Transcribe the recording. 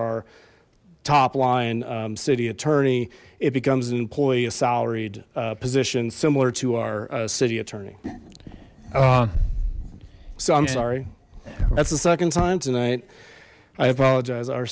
our top line city attorney it becomes an employee a salaried position similar to our city attorney so i'm sorry that's the second time tonight i apologize our